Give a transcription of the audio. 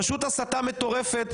פשוט הסתה מטורפת,